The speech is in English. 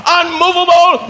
unmovable